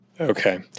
Okay